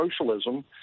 socialism